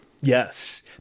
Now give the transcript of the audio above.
Yes